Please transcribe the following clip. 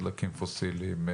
דלקים פוסיליים,